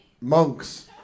monks